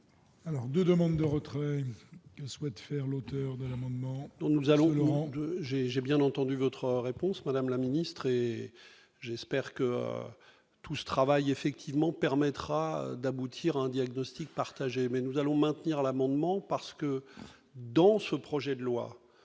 Alors, de demandes de retrait souhaite faire l'auteur de l'amendement. Donc, nous allons le monde, j'ai bien entendu votre réponse, Madame la ministre et j'espère que tout ce travail effectivement permettra d'aboutir à un diagnostic partagé, mais nous allons maintenir l'amendement parce que dans ce projet de loi